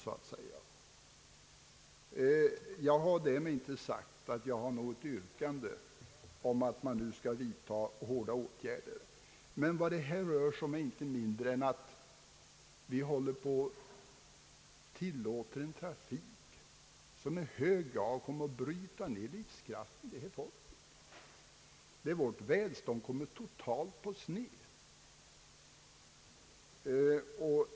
Jag har därmed inte sagt att jag har något yrkande om att man nu skall vidta hårda åtgärder. Men vad det här rör sig om är inte något mindre än att vi tillåter en trafik som i hög grad kommer att bryta ned livskraften hos vårt folk, så att vårt välstånd kommer totalt på sned.